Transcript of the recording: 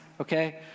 okay